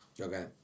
Okay